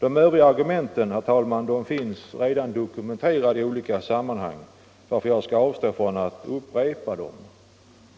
De övriga argumenten, herr talman, finns redan dokumenterade i olika — Nr 48 sammanhang, varför jag skall avstå från att upprepa dem.